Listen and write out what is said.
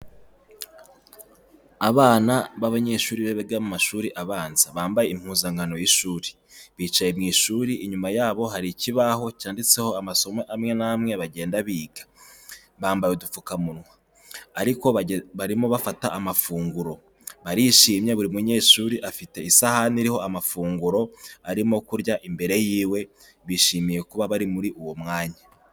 Abana b'abanyeshuri biga mu mashuri abanza bambaye impuzankano y'ishuri. Bicaye mu ishuri inyuma yabo hari ikibaho cyanditseho amasomo amwe n'amwe bagenda biga. Bambaye udupfukamunwa ariko barimo bafata amafunguro. Barishimye buri munyeshuri afite isahani iriho amafunguro arimo kurya imbere yiwe, bishimiye kuba bari muri uwo mwanya.